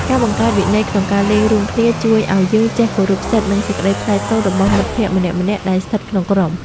ការបង្កើតវិន័យក្នុងការលេងរួមគ្នាជួយឱ្យយើងចេះគោរពសិទ្ធិ និងសេចក្តីថ្លៃថ្នូររបស់មិត្តភក្តិម្នាក់ៗដែលស្ថិតក្នុងក្រុម។